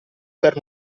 per